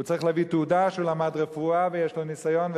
הוא צריך להביא תעודה שהוא למד רפואה ויש לו ניסיון,